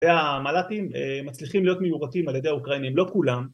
‫והמלטים מצליחים להיות מיורטים ‫על ידי האוקראינים. לא כולם.